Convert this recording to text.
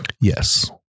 Yes